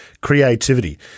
creativity